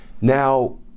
Now